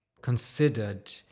considered